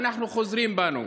אנחנו חוזרים בנו.